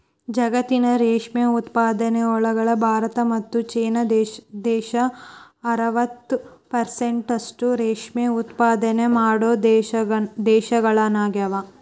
ಜಗತ್ತಿನ ರೇಷ್ಮೆ ಉತ್ಪಾದನೆಯೊಳಗ ಭಾರತ ಮತ್ತ್ ಚೇನಾ ದೇಶ ಅರವತ್ ಪೆರ್ಸೆಂಟ್ನಷ್ಟ ರೇಷ್ಮೆ ಉತ್ಪಾದನೆ ಮಾಡೋ ದೇಶಗಳಗ್ಯಾವ